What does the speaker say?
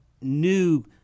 new